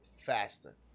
faster